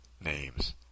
names